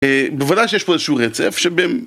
בוודאי שיש פה איזשהו רצף שב...